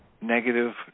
negative